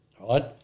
Right